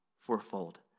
fourfold